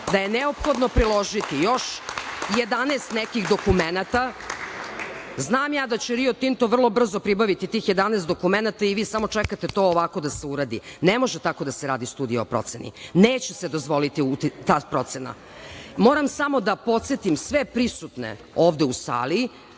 da je neophodno predložiti još 11 nekih dokumenata, znam ja da će Rio Tinto vrlo brzo pribaviti tih 11 dokumenata i vi samo čekate to ovako da se uradi. Ne može tako da se radi studija o proceni. Neće se dozvoliti ta procena. Moram samo da podsetim sve prisutne ovde u sali